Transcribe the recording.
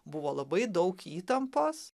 buvo labai daug įtampos